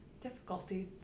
difficulty